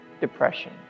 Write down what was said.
depression